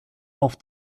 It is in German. auf